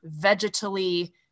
vegetally